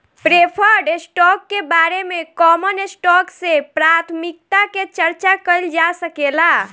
preferred stock के बारे में कॉमन स्टॉक से प्राथमिकता के चार्चा कईल जा सकेला